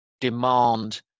demand